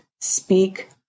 speak